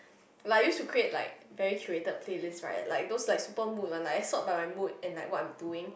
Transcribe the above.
like used to create like very accurate playlist right like those like super mood one sort by my mood and like what I am doing